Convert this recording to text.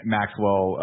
Maxwell –